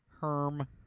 Herm